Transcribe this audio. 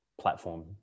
platform